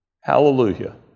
Hallelujah